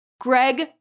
Greg